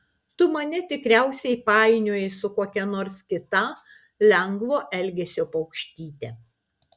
tu mane tikriausiai painioji su kokia nors kita lengvo elgesio paukštyte